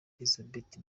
elizabeth